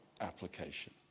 application